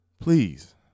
Please